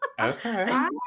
okay